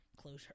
closure